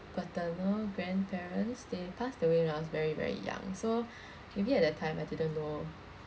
paternal grandparents they passed away when I was very very young so maybe at that time I didn't know